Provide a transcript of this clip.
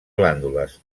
glàndules